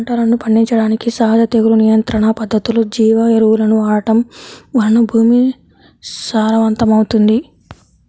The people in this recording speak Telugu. పంటలను పండించడానికి సహజ తెగులు నియంత్రణ పద్ధతులు, జీవ ఎరువులను వాడటం వలన భూమి సారవంతమవుతుంది